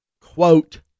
quote